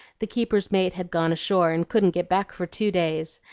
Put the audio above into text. the keeper's mate had gone ashore and couldn't get back for two days,